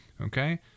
Okay